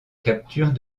capture